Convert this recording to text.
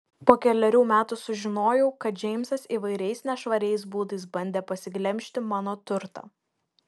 po kelerių metų sužinojau kad džeimsas įvairiais nešvariais būdais bandė pasiglemžti mano turtą